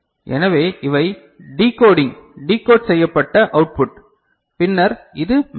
எனவே இவை decoding decode செய்யப்பட்ட அவுட் புட் பின்னர் இது மெமரி